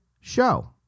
show